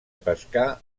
pescar